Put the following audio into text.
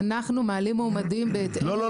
אנחנו מעלים מועמדים בהתאם --- לא,